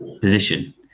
position